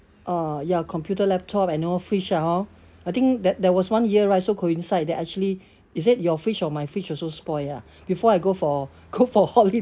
uh ya computer laptop and know fridge ha I think that there was one year right so coincide that actually is it your fridge or my fridge also spoil ah before I go for go for holiday